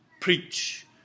preach